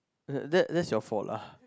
as that that's your fault lah